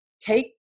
take